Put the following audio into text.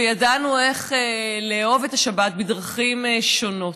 וידענו איך לאהוב את השבת בדרכים שונות.